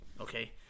okay